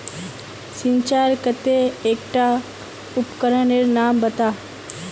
सिंचाईर केते एकटा उपकरनेर नाम बता?